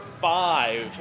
five